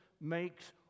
makes